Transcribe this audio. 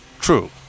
True